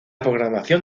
programación